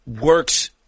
works